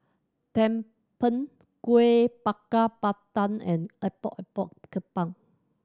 tumpeng Kueh Bakar Pandan and Epok Epok Kentang